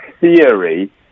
theory